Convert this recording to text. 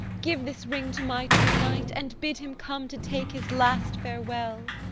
give this ring to my true knight, and bid him come to take his last farewell.